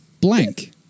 blank